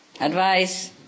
Advice